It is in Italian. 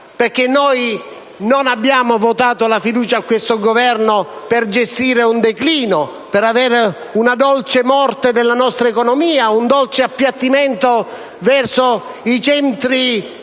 noi non abbiamo votato la fiducia al Governo per gestire un declino, per avere una dolce morte della nostra economia e un dolce appiattimento verso i centri